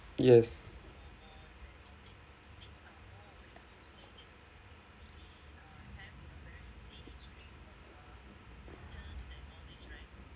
yes